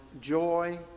joy